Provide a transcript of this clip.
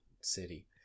city